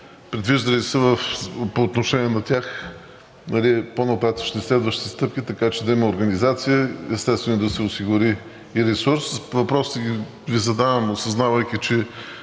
предвиждат ли се по отношение на тях по-нататъшни следващи стъпки, така че да има организация, естествено, да се осигури и ресурс. Въпросите Ви задавам, осъзнавайки, че